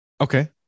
okay